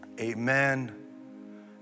amen